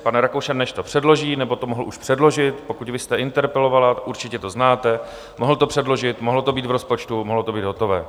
Pan Rakušan než to předloží, nebo to mohl už předložit, pokud vy jste interpelovala, určitě to znáte, mohl to předložit, mohlo to být v rozpočtu, mohlo to být hotové.